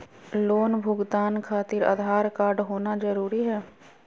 Loan भुगतान खातिर Aadhaar card होना जरूरी है?